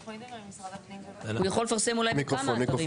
באמת,